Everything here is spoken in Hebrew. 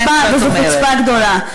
זו חוצפה, וזו חוצפה גדולה.